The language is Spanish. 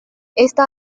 esta